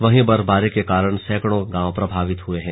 वहीं बर्फबारी के कारण सैकड़ों गांव प्रभावित हुए हैं